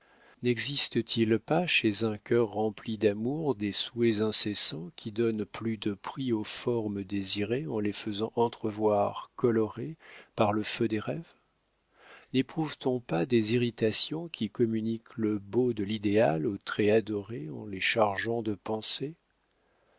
visible n'existe-t-il pas chez un cœur rempli d'amour des souhaits incessants qui donnent plus de prix aux formes désirées en les faisant entrevoir colorées par le feu des rêves néprouve t on pas des irritations qui communiquent le beau de l'idéal aux traits adorés en les chargeant de pensées